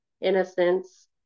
innocence